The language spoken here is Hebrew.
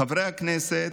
חברי הכנסת,